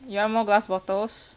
you want more glass bottles